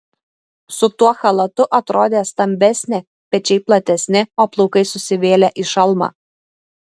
su tuo chalatu atrodė stambesnė pečiai platesni o plaukai susivėlę į šalmą